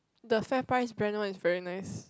the Fairprice brand one is very nice